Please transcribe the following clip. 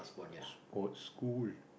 sports school